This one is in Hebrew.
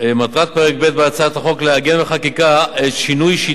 מטרת פרק ב' בהצעת החוק לעגן בחקיקה את שינוי שיטת